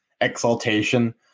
exaltation